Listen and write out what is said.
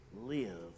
live